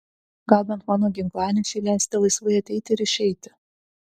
gal bent mano ginklanešiui leisite laisvai ateiti ir išeiti